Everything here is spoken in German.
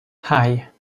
hei